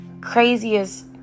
craziest